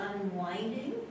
unwinding